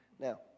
Now